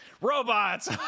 robots